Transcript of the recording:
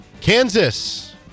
Kansas